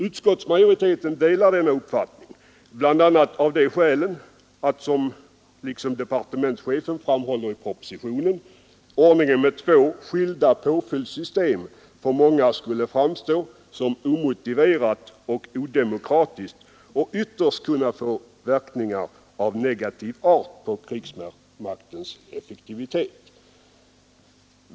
Utskottsmajoriteten delar denna uppfattning, bl.a. av de skäl som departementschefen framhåller i propositionen. Ordningen med två skilda påföljdssystem skulle för många framstå som omotiverad och odemokratisk och ytterst kunna få verkningar av negativ art på krigsmaktens effektivitet.